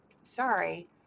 sorry